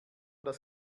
das